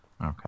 Okay